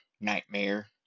nightmare